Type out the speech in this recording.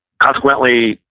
consequently,